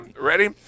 ready